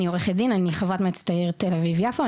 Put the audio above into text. אני עורכת דין ואני חברת מועצת העיר תל אביב-יפו,